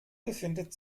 befindet